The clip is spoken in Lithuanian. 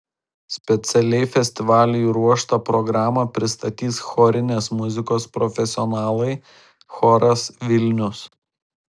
specialiai festivaliui ruoštą programą pristatys chorinės muzikos profesionalai choras vilnius